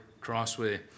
Crossway